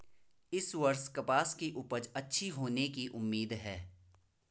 इस वर्ष कपास की उपज अच्छी होने की उम्मीद है